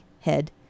head